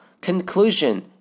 conclusion